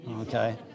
Okay